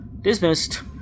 Dismissed